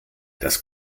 das